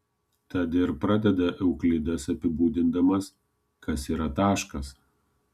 tad ir pradeda euklidas apibūdindamas kas yra taškas